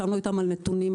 ישבנו אתם על נתונים,